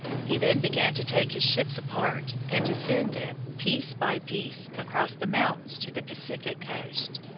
he then began to take his ships apart, and to send them, piece by piece, across the mountains to the pacific coast.